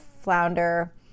flounder